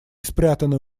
спрятанная